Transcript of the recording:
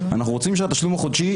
אבל השיקום הכלכלי הוא